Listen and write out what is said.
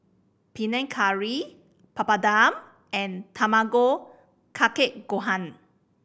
Panang Curry Papadum and Tamago Kake Gohan